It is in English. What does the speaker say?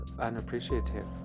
unappreciative